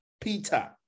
Peter